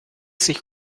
sich